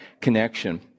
connection